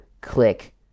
click